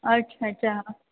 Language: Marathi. अच्छा अच्छा